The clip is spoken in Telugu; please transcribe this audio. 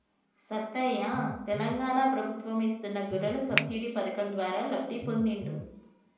సత్తయ్య తెలంగాణ ప్రభుత్వం ఇస్తున్న గొర్రెల సబ్సిడీ పథకం ద్వారా లబ్ధి పొందిండు